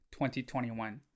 2021